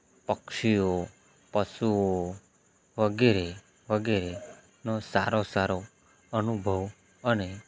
પક્ષીઓ પશુઓ વગેરે વગેરેનો સારો સારો અનુભવ અને